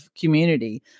community